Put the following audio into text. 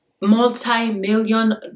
multi-million